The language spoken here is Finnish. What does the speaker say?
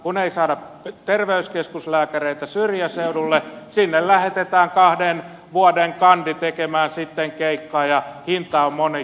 kun ei saada terveyskeskuslääkäreitä syrjäseudulle sinne lähetetään kahden vuoden kandi tekemään sitten keikkaa ja hinta on moninkertainen